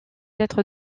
lettres